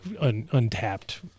untapped